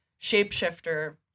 shapeshifter